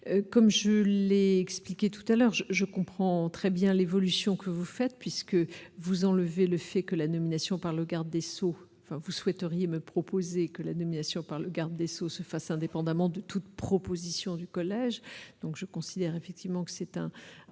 comme je l'ai expliqué tout à l'heure je je comprends très bien l'évolution que vous faites, puisque vous enlevez le fait que la nomination par le garde des Sceaux, enfin vous vous souhaiteriez me proposer que la nomination par le garde des Sceaux se fasse indépendamment de toute proposition du collège, donc je considère effectivement que c'est un